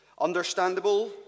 Understandable